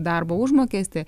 darbo užmokestį